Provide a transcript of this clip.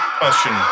question